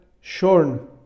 shorn